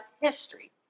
history